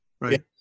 Right